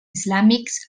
islàmics